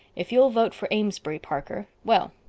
if you'll vote for amesbury, parker. well,